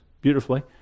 beautifully